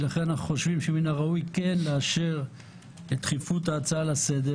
לכן אנחנו חושבים שמן הראוי כן לאשר את דחיפות ההצעה לסדר,